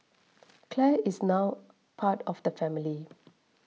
Clare is now part of the family